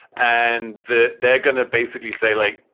and that they're going to basically say, like,